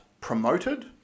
promoted